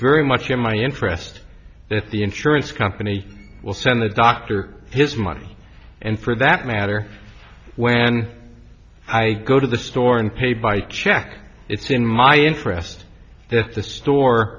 very much in my interest that the insurance company will send the doctor his money and for that matter when i go to the store and pay by check it's in my interest that the store